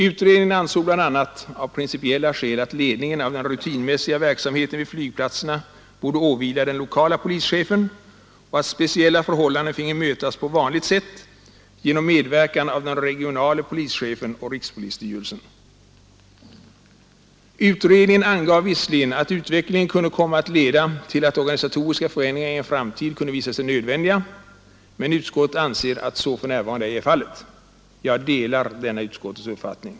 Utredningen ansåg bl.a. av principiella skäl att ledningen av den rutinmässiga verksamheten vid flygplatserna borde åvila den lokala polischefen och att speciella förhållanden finge mötas på vanligt sätt genom medverkan av den regionale polischefen och rikspolisstyrelsen. Utredningen angav visserligen att utvecklingen kunde komma att leda till att organisatoriska förändringar i en framtid kunde visa sig nödvändiga, men utskottet anser att så för närvarande ej är fallet. Jag delar denna utskottets uppfattning.